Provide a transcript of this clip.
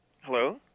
Hello